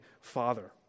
father